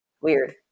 Weird